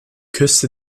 küste